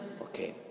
Okay